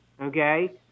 okay